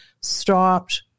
stopped